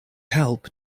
help